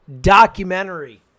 documentary